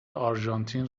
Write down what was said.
آرژانتین